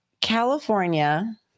California